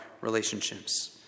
relationships